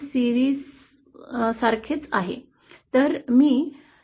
तर ही एक FOURIER मालिका आहे